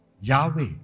Yahweh